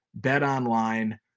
BetOnline